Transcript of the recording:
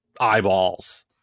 eyeballs